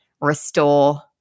restore